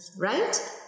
right